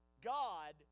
God